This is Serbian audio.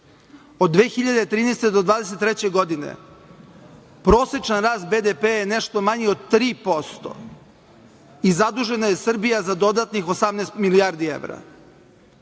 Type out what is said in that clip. Od 2013. godine do 2023. godine prosečan rast BDP je nešto manji od 3% i zadužena je Srbija za dodatnih 18 milijardi evra.